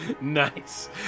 Nice